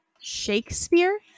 Shakespeare